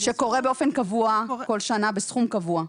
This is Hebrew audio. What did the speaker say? שקורה באופן קבוע כל שנה בסכום קבוע.